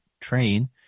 train